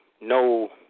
no